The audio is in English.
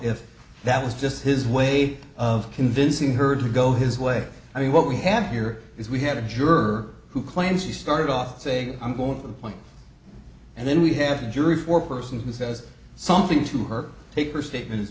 if that was just his way of convincing her to go his way i mean what we have here is we had a jerk who claims he started off saying i'm going to appoint and then we have a jury foreperson who says something to her take her statements